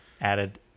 added